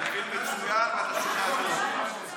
אתה מבין מצוין ואתה שומע טוב.